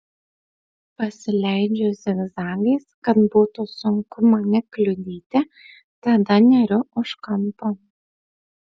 pasileidžiu zigzagais kad būtų sunku mane kliudyti tada neriu už kampo